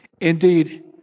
Indeed